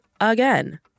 again